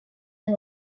and